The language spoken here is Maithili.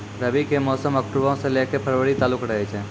रबी के मौसम अक्टूबरो से लै के फरवरी तालुक रहै छै